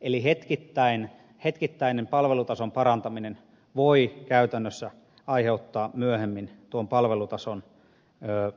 eli hetkittäinen palvelutason parantaminen voi käytännössä aiheuttaa myöhemmin tuon palvelutason